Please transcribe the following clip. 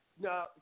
No